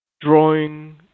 drawing